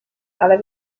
ale